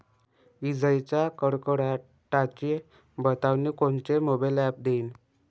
इजाइच्या कडकडाटाची बतावनी कोनचे मोबाईल ॲप देईन?